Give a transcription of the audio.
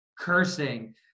cursing